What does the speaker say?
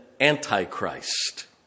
antichrist